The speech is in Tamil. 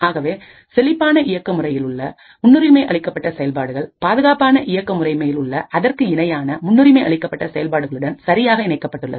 ஆகவே செழிப்பான இயக்க முறையில் உள்ள முன்னுரிமை அளிக்கப்பட்ட செயல்பாடுகள் பாதுகாப்பான இயக்க முறைமையில் உள்ள அதற்கு இணையான முன்னுரிமை அளிக்கப்பட்ட செயல்பாடுகளுடன் சரியாக இணைக்கப்பட்டுள்ளது